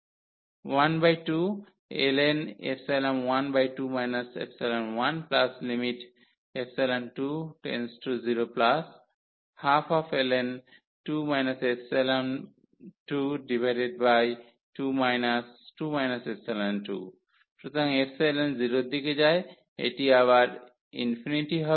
12ln 12 1 2012ln 2 22 সুতরাং ϵ 0 এর দিকে যায় এটি আবার ∞ হবে